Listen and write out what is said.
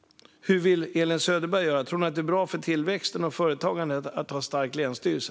Hur vill Elin Söderberg göra? Tror hon att det är bra för tillväxten och företagandet att ha en stark länsstyrelse?